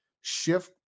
shift